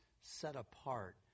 set-apart